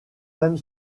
même